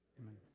amen